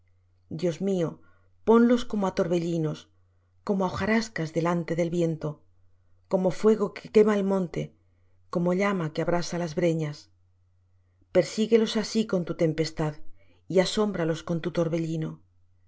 dios mío ponlos como á torbellinos como á hojarascas delante del viento como fuego que quema el monte como llama que abrasa las breñas persíguelos así con tu tempestad y asómbralos con tu torbellino llena